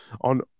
on